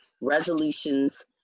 Resolutions